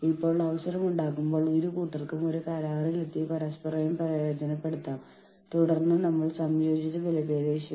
ഇപ്പോൾ ഇത് ചെയ്യാൻ നമ്മളെ സഹായിക്കുന്ന ചില പ്രതിനിധി നയങ്ങൾ നമ്മൾക്ക് തൊഴിൽ സുരക്ഷാ നയങ്ങളുണ്ട്